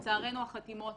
לצערנו החתימות